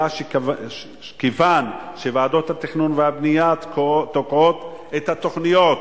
אלא משום שוועדות התכנון והבנייה תוקעות את התוכניות.